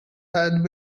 had